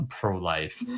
pro-life